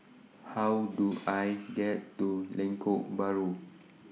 How Do I get to Lengkok Bahru